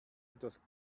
etwas